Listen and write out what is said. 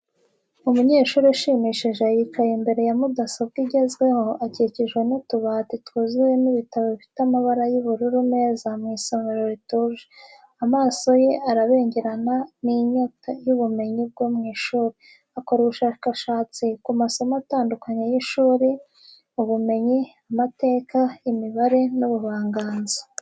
Umunyeshuri ushimishije yicaye imbere ya mudasobwa igezweho, akikijwe n'utubati twuzuyemo ibitabo bifite amabara y’ubururu meza mu isomero rituje. Amaso ye arabengerana n’inyota y’ubumenyi bwo mu ishuri, akora ubushakashatsi ku masomo atandukanye y’ishuri: ubumenyi, amateka, imibare, n’ubuvanganzo.